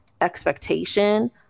expectation